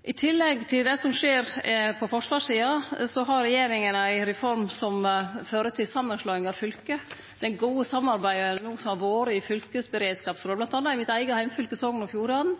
I tillegg til det som skjer på forsvarssida, har regjeringa ei reform som fører til samanslåing av fylke. Det gode samarbeidet som har vore i fylkesberedskapsråda, mellom anna i mitt eige heimfylke, Sogn og Fjordane,